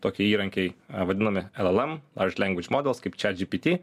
tokie įrankiaia vadinami llm large language models kaip chat gpt